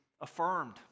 affirmed